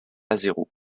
azerot